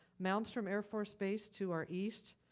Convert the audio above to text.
malmstrom air force base to our east,